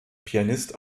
pianist